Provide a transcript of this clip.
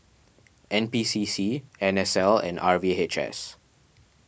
N P C C N S L and R V H S